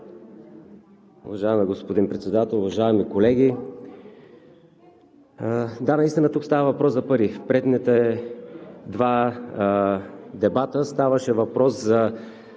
Уважаеми господин Председател, уважаеми колеги! Да, наистина тук става въпрос за пари. В предните два дебата ставаше въпрос за